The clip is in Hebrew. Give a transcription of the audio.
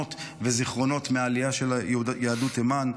תמונות וזיכרונות מהעלייה של יהדות תימן.